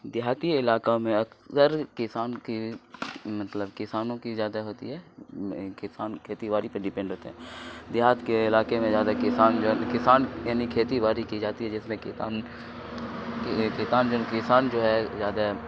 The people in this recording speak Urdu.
دیہاتی علاقوں میں اکثر کسان کی مطلب کسانوں کی زیادہ ہوتی ہے کسان کھیتی باڑی پہ ڈیپینڈ رہتے ہیں دیہات کے علاقے میں زیادہ کسان جو ہے نا کسان یعنی کھیتی باڑی کی جاتی ہے جس میں کسان کسان کسان جو ہے زیادہ